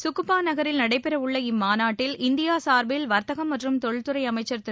கக்குபா நகரில் நடைபெறவுள்ள இம்மாநாட்டில் இந்தியா சார்பில் வர்த்தகம் மற்றும் தொழில்துறை அமைச்சள் திரு